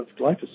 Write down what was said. glyphosate